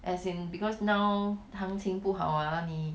as in because now 行情不好 ah 你